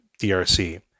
DRC